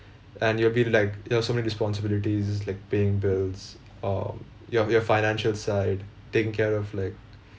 and you'll be like you've so many responsibilities like paying bills uh your your financial side taking care of like